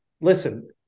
listen